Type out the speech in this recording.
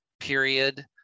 period